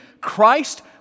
Christ